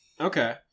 Okay